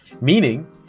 meaning